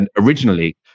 originally